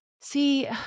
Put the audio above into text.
See